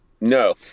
No